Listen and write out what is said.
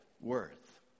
worth